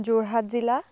যোৰহাট জিলা